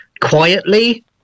quietly